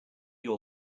your